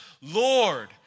Lord